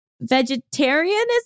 vegetarianism